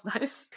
nice